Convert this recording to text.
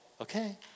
okay